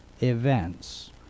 events